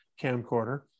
camcorder